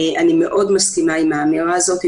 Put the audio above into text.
אני מאוד מסכימה עם האמירה הזאת.